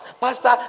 pastor